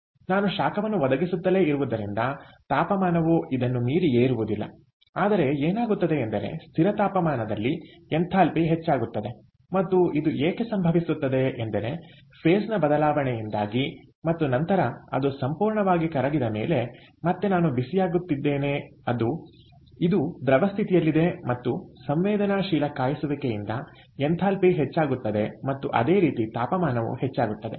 ಆದ್ದರಿಂದ ನಾನು ಶಾಖವನ್ನು ಒದಗಿಸುತ್ತಲೇ ಇರುವುದರಿಂದ ತಾಪಮಾನವು ಇದನ್ನು ಮೀರಿ ಏರುವುದಿಲ್ಲ ಆದರೆ ಏನಾಗುತ್ತದೆ ಎಂದರೆ ಸ್ಥಿರ ತಾಪಮಾನದಲ್ಲಿ ಎಂಥಾಲ್ಪಿ ಹೆಚ್ಚಾಗುತ್ತದೆ ಮತ್ತು ಇದು ಏಕೆ ಸಂಭವಿಸುತ್ತದೆ ಎಂದರೆ ಫೇಸ್ನ ಬದಲಾವಣೆಯಿಂದಾಗಿ ಮತ್ತು ನಂತರ ಅದು ಸಂಪೂರ್ಣವಾಗಿ ಕರಗಿದ ಮೇಲೆ ಮತ್ತೆ ನಾನು ಬಿಸಿಯಾಗುತ್ತಿದ್ದೇನೆ ಅದು ಇದು ದ್ರವ ಸ್ಥಿತಿಯಲ್ಲಿದೆ ಮತ್ತು ಸಂವೇದನಾಶೀಲ ಕಾಯಿಸುವಿಕೆಯಿಂದ ಎಂಥಾಲ್ಪಿ ಹೆಚ್ಚಾಗುತ್ತದೆ ಮತ್ತು ಅದೇ ರೀತಿ ತಾಪಮಾನವು ಹೆಚ್ಚಾಗುತ್ತದೆ